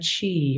Chi